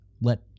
let